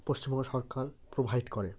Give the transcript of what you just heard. পশ্চিমবঙ্গ সরকার প্রোভাইড করে